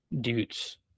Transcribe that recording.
dudes